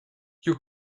you